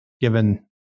given